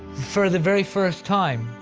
for the very first time